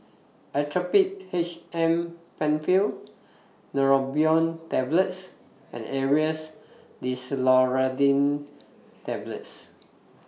Actrapid H M PenFill Neurobion Tablets and Aerius DesloratadineTablets